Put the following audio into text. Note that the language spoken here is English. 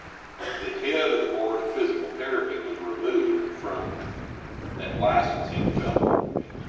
the head of the board of physical therapy was removed from that licensing development committee.